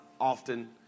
often